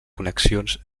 connexions